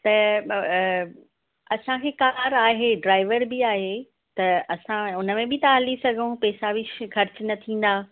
त अ असांखे कार आहे ड्राइवर बि आहे त असां उन में बि था हली था सघूं पैसा बि कुझु ख़र्चु न थींदा